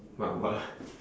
my wallet